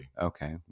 Okay